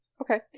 Okay